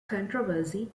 controversy